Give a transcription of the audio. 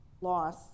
loss